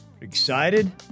Excited